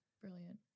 Brilliant